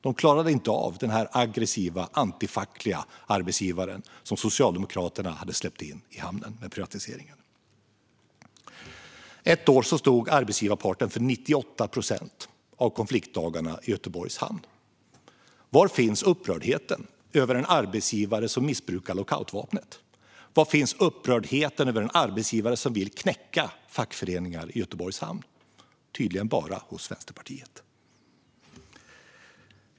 De klarade inte av denna aggressiva, antifackliga arbetsgivare, som Socialdemokraterna i och med privatiseringen hade släppt in i hamnen. Ett år stod arbetsgivarparten för 98 procent av konfliktdagarna i Göteborgs hamn. Var finns upprördheten över en arbetsgivare som missbrukar lockoutvapnet? Var finns upprördheten över en arbetsgivare som vill knäcka fackföreningar i Göteborgs hamn? Tydligen finns den bara hos Vänsterpartiet.